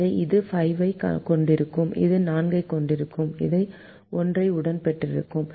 எனவே இது 5 ஐக் கொண்டிருக்கும் இது 4 ஐக் கொண்டிருக்கும் இதை 1 உடன் பெருக்கவும்